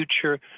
future